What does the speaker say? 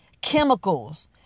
chemicals